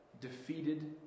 defeated